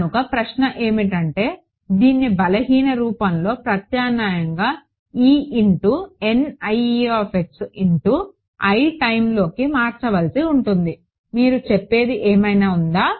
కనుక ప్రశ్న ఏమిటంటే దీన్ని బలహీనమైన రూపంలోకి ప్రత్యామ్నాయంగా e ఇంటు ఇంటు i టైమ్లోకి మార్చవలసి ఉంటుంది మీరు చెప్పేది ఏమైనా ఉందా